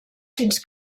fins